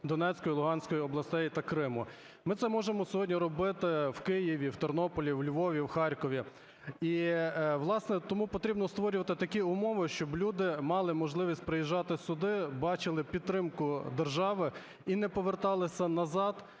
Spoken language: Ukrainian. Донецької і Луганської областей та Криму, ми це можемо сьогодні робити в Києві, Тернополі, у Львові, у Харкові. І, власне, тому потрібно створювати такі умови, щоб люди мали можливість приїжджати сюди, бачили підтримку держави і не поверталися назад,